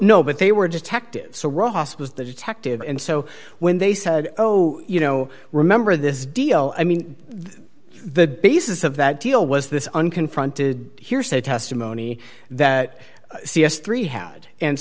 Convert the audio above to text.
no but they were detectives so ross was the detective and so when they said oh you know remember this deal i mean the basis of that deal was this unconfronted hearsay testimony that c s three had and